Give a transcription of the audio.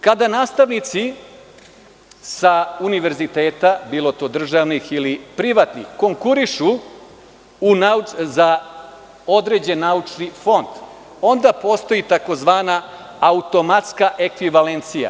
Kada nastavnici sa univerziteta, bilo državnih ili privatnih, konkurišu za određen naučni fond, onda postoji tzv. automatska ekvivalencija.